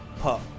pup